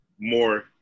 more